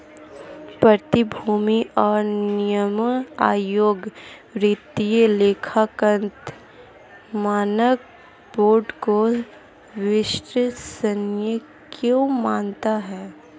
प्रतिभूति और विनिमय आयोग वित्तीय लेखांकन मानक बोर्ड को विश्वसनीय क्यों मानता है?